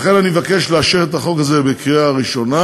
לכן אני מבקש לאשר את החוק הזה בקריאה ראשונה.